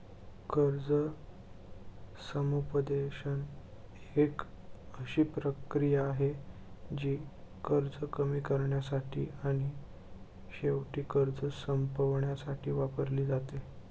कर्ज समुपदेशन एक अशी प्रक्रिया आहे, जी कर्ज कमी करण्यासाठी आणि शेवटी कर्ज संपवण्यासाठी वापरली जाते